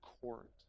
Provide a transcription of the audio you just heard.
court